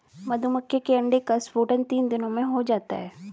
मधुमक्खी के अंडे का स्फुटन तीन दिनों में हो जाता है